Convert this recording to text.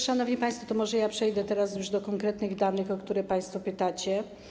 Szanowni państwo, może przejdę teraz już do konkretnych danych, o które państwo pytacie.